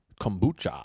Kombucha